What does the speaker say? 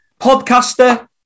podcaster